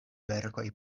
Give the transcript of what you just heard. verkoj